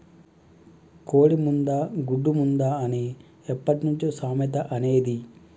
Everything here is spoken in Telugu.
కోడి ముందా, గుడ్డు ముందా అని ఎప్పట్నుంచో సామెత అనేది